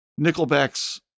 Nickelback's